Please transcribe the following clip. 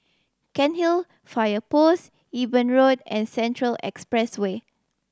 Cairnhill Fire Post Eben Road and Central Expressway